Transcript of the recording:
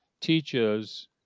teaches